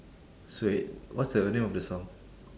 suede what's the name of the song